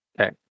Okay